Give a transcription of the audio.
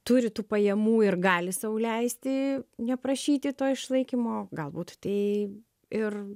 turi tų pajamų ir gali sau leisti neprašyti to išlaikymo galbūt tai ir